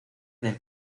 del